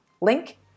Link